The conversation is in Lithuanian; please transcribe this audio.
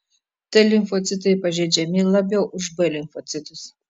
t limfocitai pažeidžiami labiau už b limfocitus